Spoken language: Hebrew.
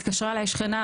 התקשרה אליי שכנה,